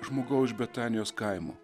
žmogau iš betanijos kaimo